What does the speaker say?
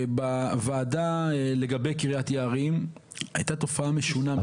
בוועדה לגבי קרית יערים היתה תופעה משונה מאוד.